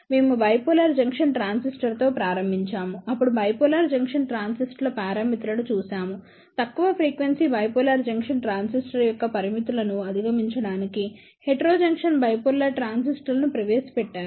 మేము bipolar junction ట్రాన్సిస్టర్తో ప్రారంభించాము అప్పుడు బైపోలార్ జంక్షన్ ట్రాన్సిస్టర్ల పరిమితులను చూశాము తక్కువ ఫ్రీక్వెన్సీ బైపోలార్ జంక్షన్ ట్రాన్సిస్టర్ యొక్క పరిమితులను అధిగమించడానికి హెటెరోజంక్షన్ బైపోలార్ ట్రాన్సిస్టర్లను ప్రవేశపెట్టారు